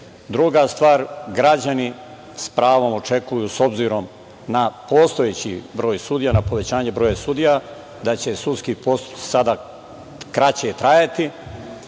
Druga stvar, građani s pravom očekuju, s obzirom na postojeći broj sudija, na povećanje broja sudija, da će sudski postupci sada kraće trajati,